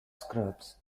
scrubs